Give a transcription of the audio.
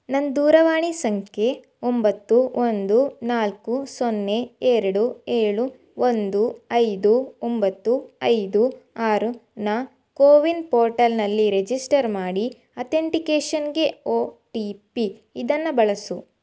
ನನ್ನ ದೂರವಾಣಿ ಸಂಖ್ಯೆ ಒಂಬತ್ತು ಒಂದು ನಾಲ್ಕು ಸೊನ್ನೆ ಎರಡು ಏಳು ಒಂದು ಐದು ಒಂಬತ್ತು ಐದು ಆರು ನ ಕೋವಿನ್ ಪೋರ್ಟಲ್ನಲ್ಲಿ ರಿಜಿಸ್ಟರ್ ಮಾಡಿ ಅಥೆಂಟಿಕೇಷನ್ಗೆ ಒ ಟಿ ಪಿ ಇದನ್ನು ಬಳಸು